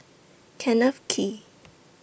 Kenneth Kee